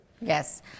Yes